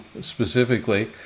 specifically